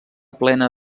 plena